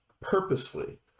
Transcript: purposefully